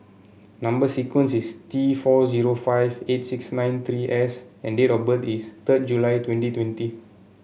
number sequence is T four zero five eight six nine three S and date of birth is third July twenty twenty